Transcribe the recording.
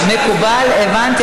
מקובל, הבנתי.